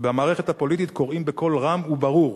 במערכת הפוליטית קוראים בקול רם וברור,